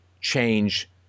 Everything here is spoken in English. change